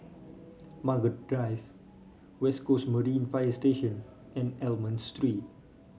Margaret Drive West Coast Marine Fire Station and Almond Street